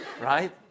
right